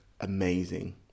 amazing